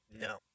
No